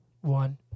one